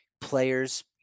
players